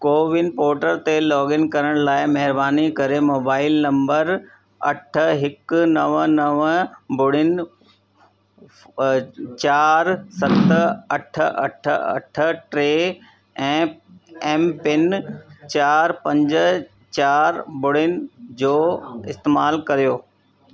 CoWIN portal ते login करण लाइ महिरबानी करे मोबाइल नंबर अठ हिकु नव नव ॿुड़ीनि चारि सत अठ अठ अठ टे ऐं एमपिन चारि पंज चारि ॿुड़ीनि जो इस्तेमालु करियो